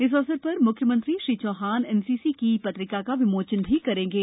इस अवसर पर म्ख्यमंत्री श्री चौहान एनसीसी की ई पत्रिका का विमोचन भी करेंगे